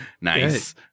Nice